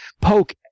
poke